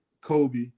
Kobe